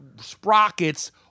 sprockets